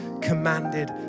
commanded